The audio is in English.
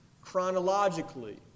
chronologically